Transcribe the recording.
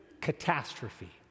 catastrophe